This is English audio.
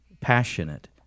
Passionate